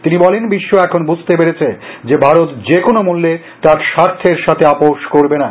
তিনি বলেন বিশ্ব এখন বুঝতে পেরেছে যে ভারত যেকোনো মূল্যে তার স্বার্থের সাথে আপোষ করবেনা